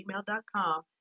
gmail.com